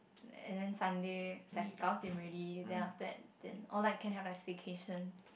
and then Sunday said already then after that then or like can have a staycation